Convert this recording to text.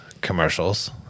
commercials